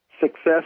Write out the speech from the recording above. success